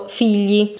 figli